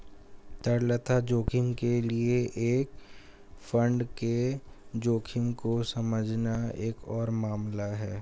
तरलता जोखिम के लिए एक फंड के जोखिम को समझना एक और मामला है